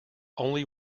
only